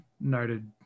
noted